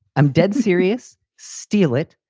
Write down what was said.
i'm dead serious. steal it.